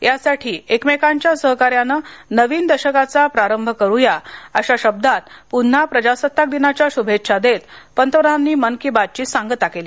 यासाठी एकमेकांच्या सहकार्याने नवीन दशकाचा प्रारंभ करूया अशा शब्दात पुन्हा प्रजासत्ताक दिनाच्या शुभेच्छा देत पंतप्रधानांनी मन की बात ची सांगताकेली